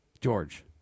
George